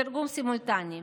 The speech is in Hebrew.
תרגום סימולטני.